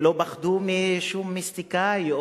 הם לא פחדו משום מיסטיקאי,